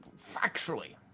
factually